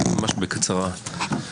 ממש בקצרה.